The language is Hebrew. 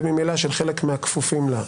וממילא של חלק מהכפופים לה,